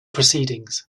proceedings